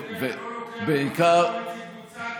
כואב, ובעיקר, אתה לא מביא בחשבון את קבוצת אמסלם,